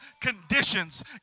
conditions